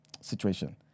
situation